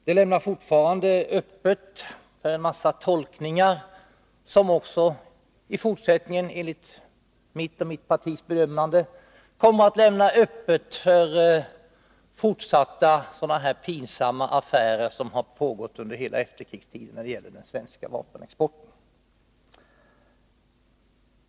Fortfarande lämnas det öppet för en massa tolkningar, som innebär, enligt mitt och mitt partis bedömande, att det också i fortsättningen kommer att göras sådana här pinsamma affärer, som har pågått under hela efterkrigstiden när det gäller den svenska vapenexporten.